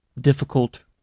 difficult